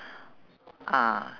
ah